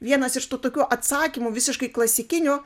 vienas iš tų tokių atsakymų visiškai klasikinių